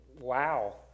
wow